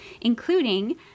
including